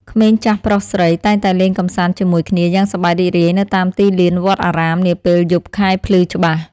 ក្មេងចាស់ប្រុសស្រីតែងតែលេងកម្សាន្តជាមួយគ្នាយ៉ាងសប្បាយរីករាយនៅតាមទីលានវត្តអារាមនាពេលយប់ខែភ្លឺច្បាស់។